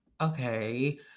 okay